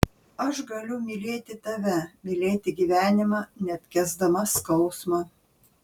aš galiu mylėti tave mylėti gyvenimą net kęsdama skausmą